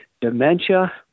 dementia